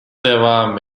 devam